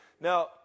Now